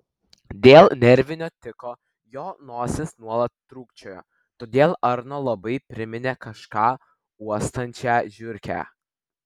dėl nervinio tiko jo nosis nuolat trūkčiojo todėl arno labai priminė kažką uostančią žiurkę